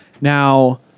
Now